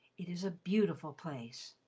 it is a beautiful place.